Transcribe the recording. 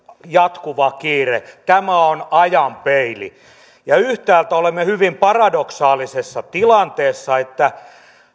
jatkuva kiire tämä on ajan peili ja yhtäältä olemme hyvin paradoksaalisessa tilanteessa että